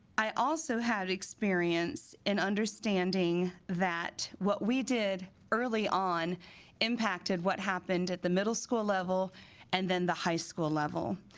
i also had experience in understanding that what we did early on impacted what happened at the middle school level and then the high school level